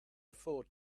afford